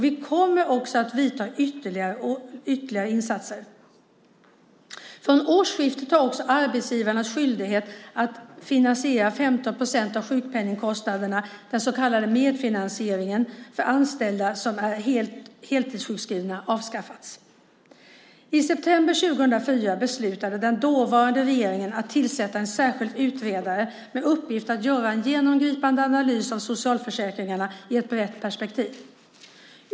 Vi kommer också att vidta ytterligare insatser. Vid årsskiftet avskaffades också arbetsgivarnas skyldighet att finansiera 15 procent av sjukpenningkostnaderna, den så kallade medfinansieringen för anställda som är heltidssjukskrivna. I september 2004 beslutade den dåvarande regeringen att tillsätta en särskild utredare med uppgift att göra en genomgripande analys av socialförsäkringarna i ett brett perspektiv.